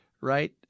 right